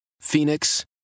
Phoenix